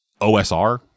OSR